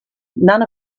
none